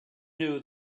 knew